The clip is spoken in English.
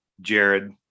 jared